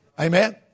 Amen